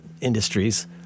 Industries